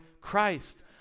Christ